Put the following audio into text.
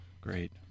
great